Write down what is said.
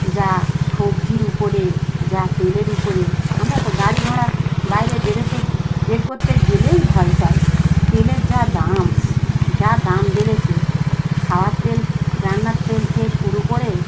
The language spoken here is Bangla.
যা সবজির উপরে যা তেলের উপরে আমরা তো গাড়ি ঘোড়া বাইরে বেড়োতে বের করতে গেলেই ভয় পাই তেলের যা দাম যা দাম বেড়েছে খাওয়ার তেল রান্নার তেল থেকে শুরু করে